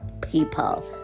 people